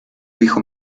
hijo